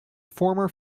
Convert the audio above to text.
former